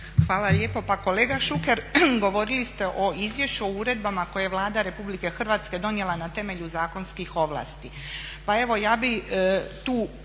Hvala lijepa. Pa kolega Šuker, govorili ste o izvješću o uredbama koje je Vlada Republike Hrvatske donijela na temelju zakonskih ovlasti. Pa evo ja bih tu